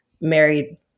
married